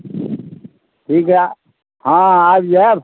ठीक हइ हँ आबि जाएब